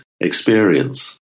experience